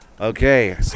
Okay